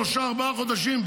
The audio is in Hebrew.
בעוד שלושה-ארבעה חודשים.